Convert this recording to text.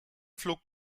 flog